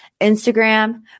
Instagram